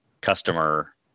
customer